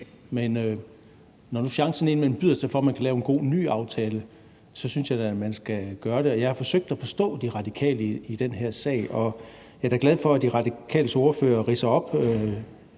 men når nu chancen indimellem byder sig for at lave en god ny aftale, synes jeg da man skal gøre det. Jeg har forsøgt at forstå De Radikale i den her sag, og jeg er da glad for, at De Radikales ordfører ridser de